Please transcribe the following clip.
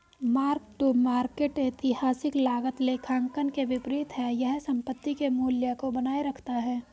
mark to market ऐतिहासिक लागत लेखांकन के विपरीत है यह संपत्ति के मूल्य को बनाए रखता है